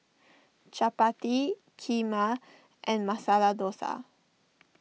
Chapati Kheema and Masala Dosa